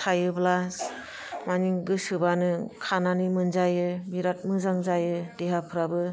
थायोब्ला जायो मानि गोसोबानो खानानै मोनजायो बिराद मोजां जायो देहाफ्राबो